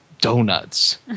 donuts